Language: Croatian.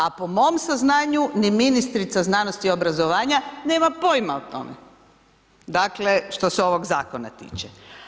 A po mom saznanju ni ministrica znanosti i obrazovanja nema pojma o tome, dakle što se ovog zakona tiče.